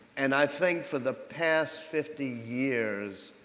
and i think for the past fifty years